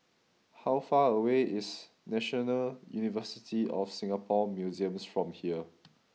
how far away is National University of Singapore Museums from here